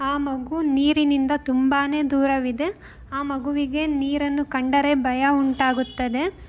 ಆ ಮಗು ನೀರಿನಿಂದ ತುಂಬಾ ದೂರವಿದೆ ಆ ಮಗುವಿಗೆ ನೀರನ್ನು ಕಂಡರೆ ಭಯ ಉಂಟಾಗುತ್ತದೆ